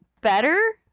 better